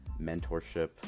mentorship